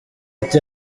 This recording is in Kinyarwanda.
ati